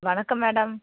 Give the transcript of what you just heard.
வணக்கம் மேடம்